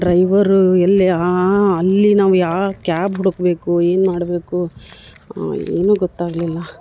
driver ಎಲ್ಲಿ ಆ ಅಲ್ಲಿ ನಾವು ಯಾವ ಕ್ಯಾಬ್ ಹುಡುಕಬೇಕು ಏನು ಮಾಡಬೇಕು ಏನೂ ಗೊತ್ತಾಗಲಿಲ್ಲ